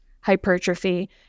hypertrophy